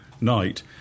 night